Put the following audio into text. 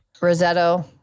Rosetto